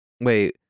Wait